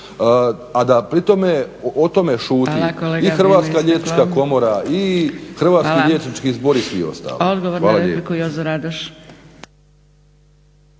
a da pri tome, o tome šuti i Hrvatska liječnička komora i Hrvatski liječnički zbor i svi ostali.